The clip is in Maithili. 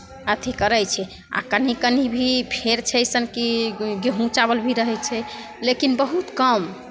अथी करै छै आ कनी कनी भी फेर छै अइसन कि गेहूँ चावल भी रहै छै लेकिन बहुत कम